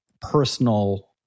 personal